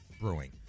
brewing